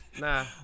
nah